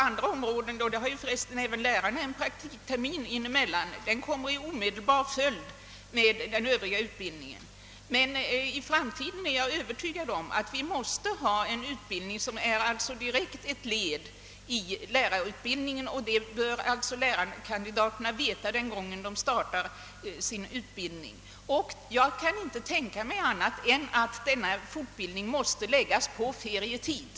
Jag är övertygad om att det i framtiden blir nödvändigt med fortbildning som direkt led i lärarutbildningen, vilket lärarkandidaterna också bör veta den gång de börjar sin utbildning. Jag kan inte tänka mig annat än att denna fortbildning måste förläggas till ferietid.